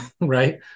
Right